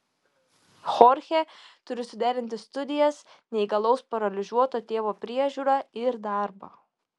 chorchė turi suderinti studijas neįgalaus paralyžiuoto tėvo priežiūrą ir darbą